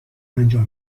انجام